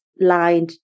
lined